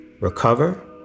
recover